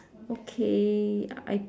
okay I